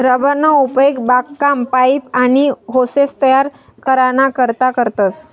rubber ना उपेग बागकाम, पाइप, आनी होसेस तयार कराना करता करतस